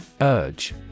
Urge